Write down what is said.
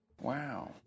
Wow